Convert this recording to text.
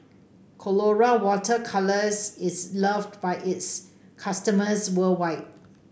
Colora Water Colours is loved by its customers worldwide